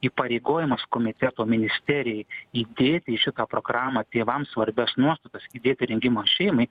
įpareigojimas komiteto ministerijai įdėti į šitą programą tėvams svarbias nuostatas įdėti rengimą šeimai